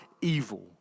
evil